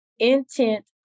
intent